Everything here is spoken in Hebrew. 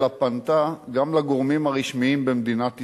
אלא פנתה גם לגורמים הרשמיים במדינת ישראל.